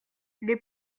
les